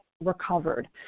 recovered